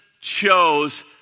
chose